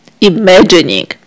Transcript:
imagining